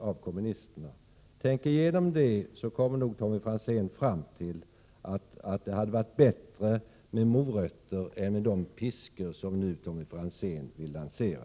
Om Tommy Franzén tänker igenom saken kommer han nog fram till att det hade varit bättre med morötter än de piskor som han nu vill lansera.